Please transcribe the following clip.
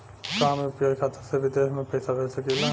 का हम यू.पी.आई खाता से विदेश म पईसा भेज सकिला?